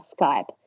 Skype